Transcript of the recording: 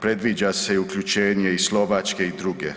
Predviđa se i uključenje i Slovačke i druge.